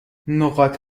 نقاط